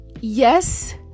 yes